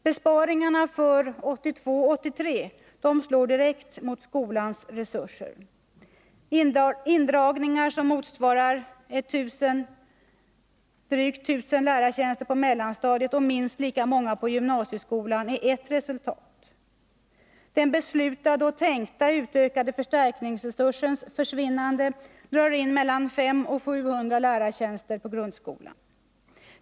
Besparingarna för 1982/83 slår direkt mot skolans resurser. Indragningar som motsvarar drygt 1000 lärartjänster på mellanstadiet och minst lika många på gymnasieskolan är ett resultat. Den beslutade och tänkta utökade förstärkningsresursens försvinnande drar in mellan 500 och 700 lärartjänster i grundskolan.